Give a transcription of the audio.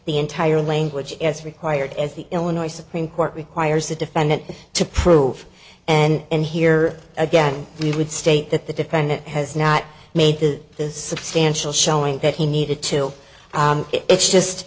the entire language as required as the illinois supreme court requires the defendant to prove and here again he would state that the defendant has not made the this substantial showing that he needed to it's just